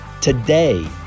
today